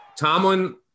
Tomlin